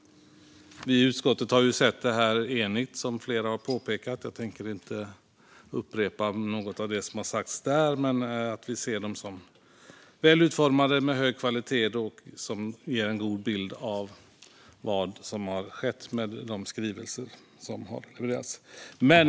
Vi i utskottet har ju varit eniga i detta, som flera har påpekat. Jag tänker inte upprepa något av det som har sagts om detta. Vi ser dem som väl utformade och av god kvalitet och anser att de ger en god bild av vad som har skett med de skrivelser som har levererats.